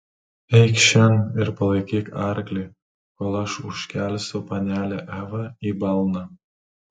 eikš šen ir palaikyk arklį kol aš užkelsiu panelę evą į balną